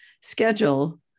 schedule